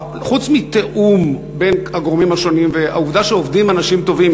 חוץ מתיאום בין הגורמים השונים והעבודה שעובדים אנשים טובים,